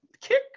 kick